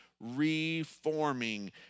reforming